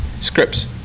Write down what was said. scripts